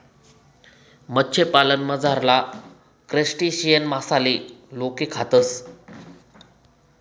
मत्स्यपालनमझारला क्रस्टेशियन मासाले लोके खातस